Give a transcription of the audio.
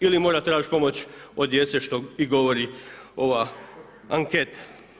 Ili mora tražiti pomoć od djece što i govori ova anketa.